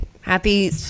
Happy